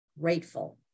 grateful